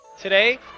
Today